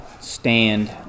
stand